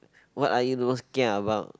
what are you most kia about